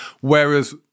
Whereas